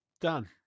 Done